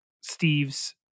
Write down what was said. Steve's